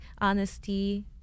honesty